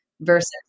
versus